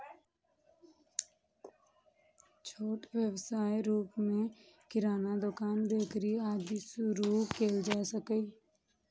छोट व्यवसायक रूप मे किरानाक दोकान, बेकरी, आदि शुरू कैल जा सकैए